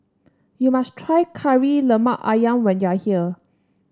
you must try Kari Lemak ayam when you are here